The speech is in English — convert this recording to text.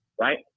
right